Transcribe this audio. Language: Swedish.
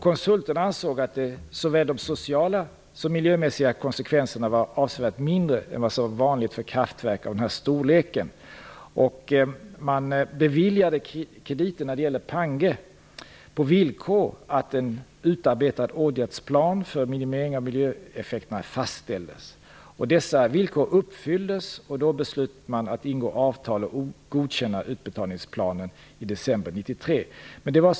Konsulten ansåg att såväl de sociala som de miljömässiga konsekvenserna var avsevärt mindre än vad som är vanligt vid kraftverk av den här storleken. Man beviljade krediter när det gällde Pangue på villkor att en utarbetad åtgärdsplan för minimering av miljöeffekterna skulle fastställas. Dessa villkor uppfylldes, och då beslöt man att ingå avtal och godkänna utbetalningsplanen i december 1993.